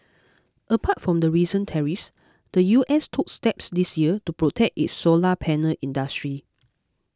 apart from the recent tariffs the U S took steps this year to protect its solar panel industry